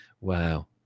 wow